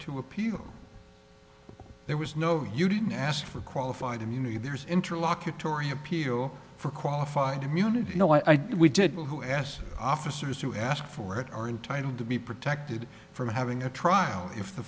to appeal there was no you didn't ask for qualified immunity there's interlocutory appeal for qualified immunity you know i did we did well who asked officers to ask for it are entitled to be protected from having a trial if the